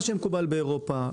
עם מה שמקובל באירופה.